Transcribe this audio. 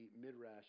midrash